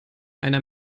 einer